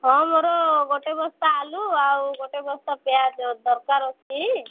ହଁ ମୋର ଗୋଟେ ବସ୍ତା ଆଳୁ ଆଉ ଗୋଟେ ବସ୍ତା ପିଆଜ ଦରକାର ଅଛି